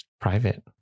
private